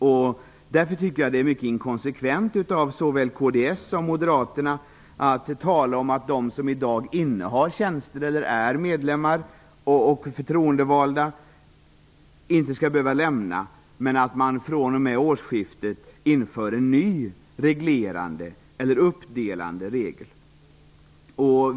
Därför är det mycket inkonsekvent av såväl kds som Moderaterna att tala om att de som i dag innehar tjänster eller är medlemmar och förtroendevalda inte skall behöva lämna sina platser men att det från och med årsskiftet införs en ny, uppdelande regel.